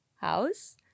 house